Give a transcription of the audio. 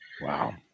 Wow